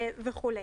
וכו'.